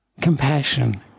Compassion